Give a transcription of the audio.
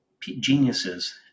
geniuses